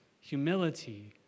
humility